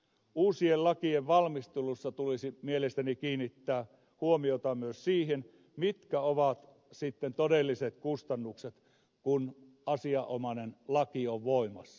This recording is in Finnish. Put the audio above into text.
uusien lakien valmistelussa tulisi mielestäni kiinnittää huomiota myös siihen mitkä ovat sitten todelliset kustannukset kun asianomainen laki on voimassa